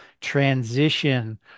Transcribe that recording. transition